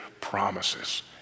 promises